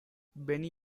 benny